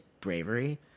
bravery